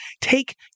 take